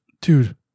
Dude